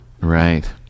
Right